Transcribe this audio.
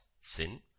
sin